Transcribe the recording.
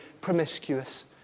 promiscuous